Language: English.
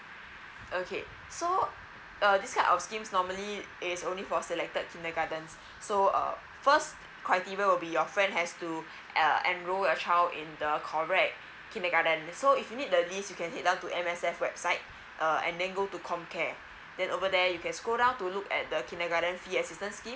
okay so uh this type of schemes normally is only for selected kindergarten so uh first criteria will be your friend has to uh enroll her child in the correct kindergarten uh then so if you need the list you can head down to M_S_F website uh and then go to comcare then over there you can scroll down to look at the kindergartens fee assistance scheme